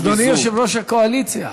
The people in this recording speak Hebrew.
אדוני יושב-ראש הקואליציה,